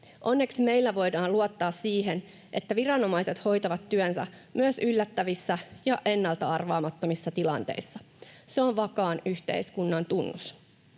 Onneksi meillä voidaan luottaa siihen, että viranomaiset hoitavat työnsä myös yllättävissä ja ennalta-arvaamattomissa tilanteissa. Se on vakaan yhteiskunnan tunnus.